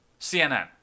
CNN